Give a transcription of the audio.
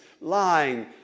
lying